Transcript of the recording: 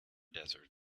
desert